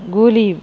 கோலியும்